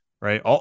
right